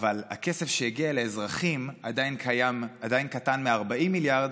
אבל הכסף שהגיע לאזרחים עדיין קטן מ-40 מיליארד,